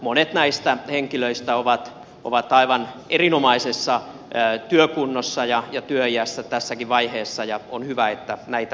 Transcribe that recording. monet näistä henkilöistä ovat aivan erinomaisessa työkunnossa ja työiässä tässäkin vaiheessa ja on hyvä että näitä muutetaan